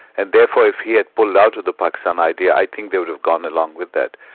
and therefore if he had pulled out of the pakistan idea, i think they would have gone along with it.